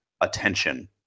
attention